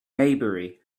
maybury